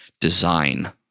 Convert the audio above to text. design